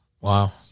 Wow